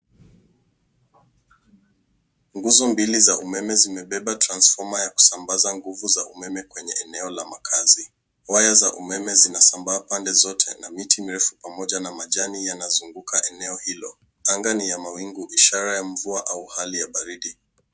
Nguzo mbili za umeme zimebeba transfoma ya kusambaza nguvu za umeme kwenye eneo la makaazi. Waya za umeme zinasambaa pande zote na miti mirefu pamoja na majani yanazunguka eneo hilo. Anga ni ya mawingu ishara ya mvua au hali ya baridi.